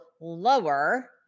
lower